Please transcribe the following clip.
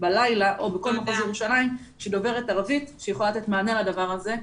בלילה או בכל מחוז ירושלים שדוברת ערבית ויכולה לתת מענה לדבר הזה,